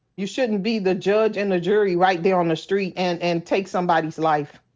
you shouldn't be the judge and the jury right there on the street and and take somebody's life.